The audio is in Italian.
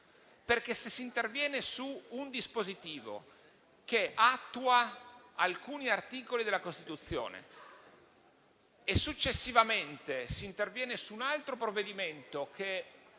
senso. Se si interviene infatti su un dispositivo che attua alcuni articoli della Costituzione e, successivamente, si interviene su un altro provvedimento che